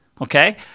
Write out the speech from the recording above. okay